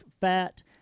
fat